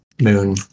Moon